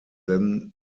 then